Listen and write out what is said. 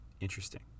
Interesting